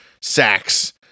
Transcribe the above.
sacks